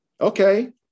okay